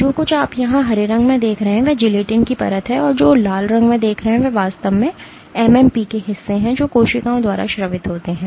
जो कुछ आप यहां हरे रंग में देख रहे हैं वह जिलेटिन की परत है और जो आप लाल रंग में देख रहे हैं वह वास्तव में एमएमपी के हिस्से हैं जो कोशिकाओं द्वारा स्रावित होते हैं